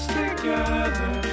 together